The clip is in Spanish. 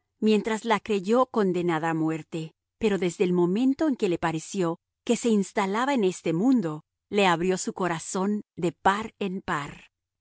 mientras la creyó condenada a muerte pero desde el momento en que le pareció que se instalaba en este mundo le abrió su corazón de par en par